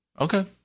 okay